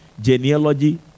genealogy